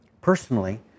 personally